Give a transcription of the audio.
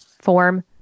form